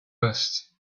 list